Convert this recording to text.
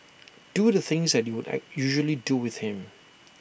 do the things that you at usually do with him